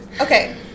okay